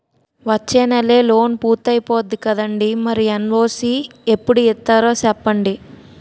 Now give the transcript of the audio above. వచ్చేనెలే లోన్ పూర్తయిపోద్ది కదండీ మరి ఎన్.ఓ.సి ఎప్పుడు ఇత్తారో సెప్పండి